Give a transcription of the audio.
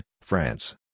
France